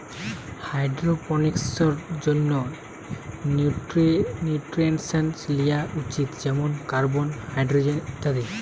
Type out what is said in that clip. হাইড্রোপনিক্সের জন্যে নিউট্রিয়েন্টস লিয়া উচিত যেমন কার্বন, হাইড্রোজেন ইত্যাদি